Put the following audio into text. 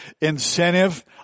incentive